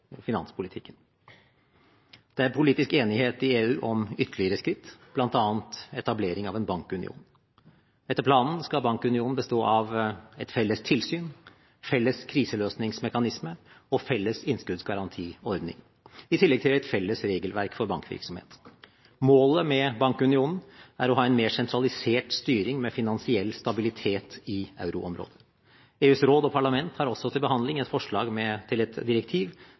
finanspolitikken. Det er politisk enighet i EU om ytterligere skritt, bl.a. etablering av en bankunion. Etter planen skal bankunionen bestå av et felles tilsyn, felles kriseløsningsmekanismer og felles innskuddsgarantiordning i tillegg til et felles regelverk for bankvirksomhet. Målet med bankunionen er å ha en mer sentralisert styring med finansiell stabilitet i euroområdet. EUs råd og parlament har også til behandling et forslag til et direktiv